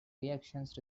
reactions